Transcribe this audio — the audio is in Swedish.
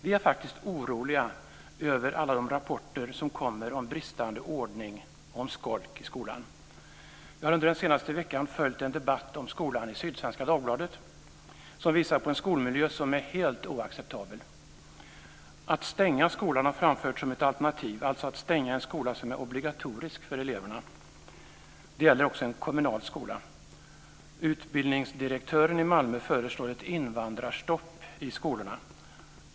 Vi är faktiskt oroliga över alla de rapporter som kommer om bristande ordning och skolk i skolan. Jag har under den senaste veckan följt en debatt om skolan i Sydsvenska Dagbladet som visar på en skolmiljö som är helt oacceptabel. Att stänga skolan har framförts som ett alternativ, alltså att stänga en skola som är obligatorisk för eleverna. Det gäller också en kommunal skola. Utbildningsdirektören i Malmö föreslår ett invandrarstopp i skolorna.